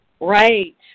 Right